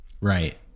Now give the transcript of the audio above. Right